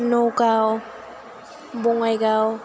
Nagaon Bongaigaon